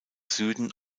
süden